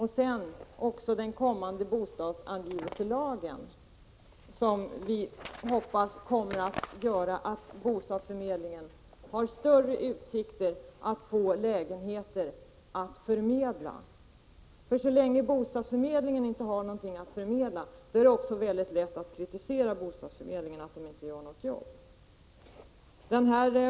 Den kommande bostadsanvisningslagen hoppas vi skall medföra att bostadsförmedlingen får större utsikter att erhålla lägenheter att förmedla. Så länge bostadsförmedlingen inte har några lägenheter att förmedla, är det också väldigt lätt att kritisera bostadsförmedlingen för att den inte gör sitt jobb.